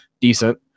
decent